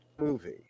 movie